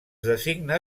designa